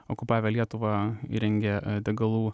okupavę lietuvą įrengė degalų